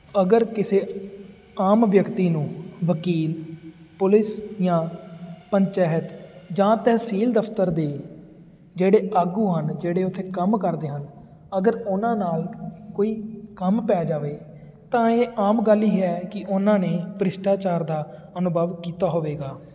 ਅਗਰ ਕਿਸੇ ਆਮ ਵਿਅਕਤੀ ਨੂੰ ਵਕੀਲ ਪੁਲਿਸ ਜਾਂ ਪੰਚਾਇਤ ਜਾਂ ਤਹਿਸੀਲ ਦਫਤਰ ਦੇ ਜਿਹੜੇ ਆਗੂ ਹਨ ਜਿਹੜੇ ਉੱਥੇ ਕੰਮ ਕਰਦੇ ਹਨ ਅਗਰ ਉਹਨਾਂ ਨਾਲ ਕੋਈ ਕੰਮ ਪੈ ਜਾਵੇ ਤਾਂ ਇਹ ਆਮ ਗੱਲ ਹੀ ਹੈ ਕਿ ਉਹਨਾਂ ਨੇ ਭ੍ਰਿਸ਼ਟਾਚਾਰ ਦਾ ਅਨੁਭਵ ਕੀਤਾ ਹੋਵੇਗਾ